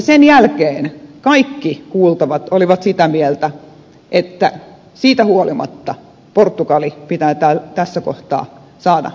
sen jälkeen kaikki kuultavat olivat sitä mieltä että siitä huolimatta portugalin pitää tässä kohtaa saada tuki